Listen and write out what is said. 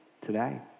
today